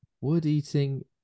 Wood-eating